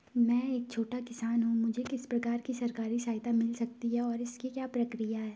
मैं एक छोटा किसान हूँ मुझे किस प्रकार की सरकारी सहायता मिल सकती है और इसकी क्या प्रक्रिया है?